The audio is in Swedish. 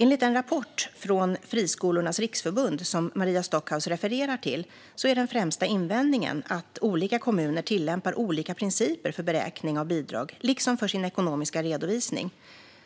Enligt den rapport från Friskolornas riksförbund som Maria Stockhaus refererar till är den främsta invändningen att olika kommuner tillämpar olika principer för beräkning av bidrag liksom för sin ekonomiska redovisning.